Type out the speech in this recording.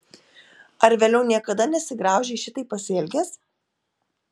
ar vėliau niekada nesigraužei šitaip pasielgęs